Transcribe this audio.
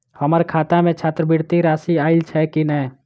हम्मर खाता मे छात्रवृति राशि आइल छैय की नै?